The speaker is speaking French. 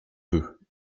peux